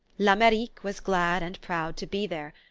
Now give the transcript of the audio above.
l'amerique was glad and proud to be there,